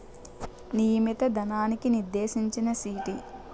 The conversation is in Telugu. నియమిత ధనానికి నిర్దేశించిన చీటీ